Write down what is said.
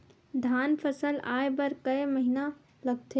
धान फसल आय बर कय महिना लगथे?